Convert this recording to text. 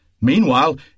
Meanwhile